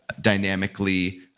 dynamically